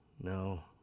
No